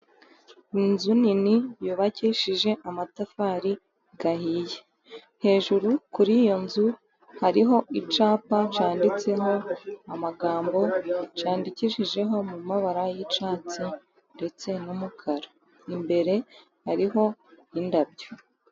Inzu nini yubakishije amatafari ahiye, hejuru kuri iyo nzu hariho icyapa cyanditseho amagambo yandikishijeho mu mabara y'icyatsi ndetse n'umukara, imbere hariho indabyo.